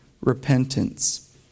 repentance